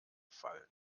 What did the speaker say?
fallen